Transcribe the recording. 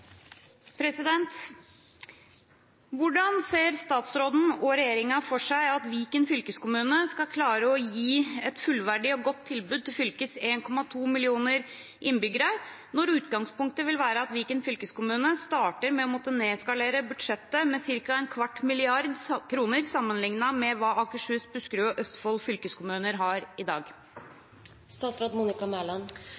ser statsråden og regjeringen for seg at Viken fylkeskommune skal klare å gi et fullverdig og godt tilbud til fylkets 1,2 millioner innbyggere når utgangspunktet vil være at Viken fylkeskommune starter med å måtte nedskalere budsjettet med ca. en kvart milliard kroner sammenlignet med hva Akershus, Buskerud og Østfold fylkeskommuner i dag har?»